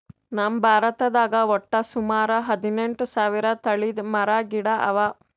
ನಮ್ ಭಾರತದಾಗ್ ವಟ್ಟ್ ಸುಮಾರ ಹದಿನೆಂಟು ಸಾವಿರ್ ತಳಿದ್ ಮರ ಗಿಡ ಅವಾ